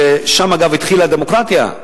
אגב, שם התחילה הדמוקרטיה.